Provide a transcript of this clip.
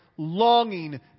longing